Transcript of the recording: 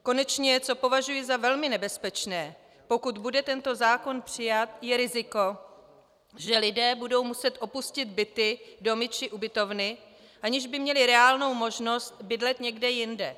Konečně co považuji za velmi nebezpečné, pokud bude tento zákon přijat, je riziko, že lidé budou muset opustit byty, domy či ubytovny, aniž by měli reálnou možnost bydlet někde jinde.